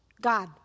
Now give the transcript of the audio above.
God